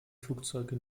flugzeuge